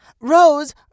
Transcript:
Rose